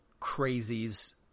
crazies